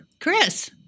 Chris